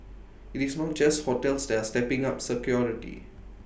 IT is not just hotels that are stepping up security